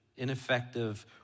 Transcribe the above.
ineffective